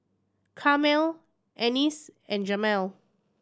Carmel Anice and Jemal